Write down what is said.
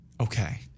Okay